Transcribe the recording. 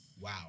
wow